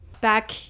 Back